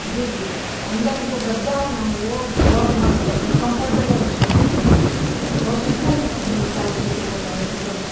جی جی اندر جو گدا ہے نا وہ بہت مست ہے مطلب کمفرٹیبل جس کو بولتے ہیں بہت سکون ملتا ہے اس جوتے کو پہننے سے ایک دم